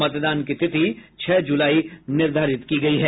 मतदान की तिथि छह जुलाई निर्धारित की गयी है